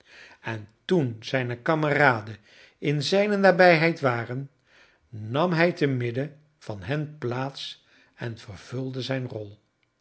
en toen zijne kameraden in zijne nabijheid waren nam bij te midden van hen plaats en vervulde zijne rol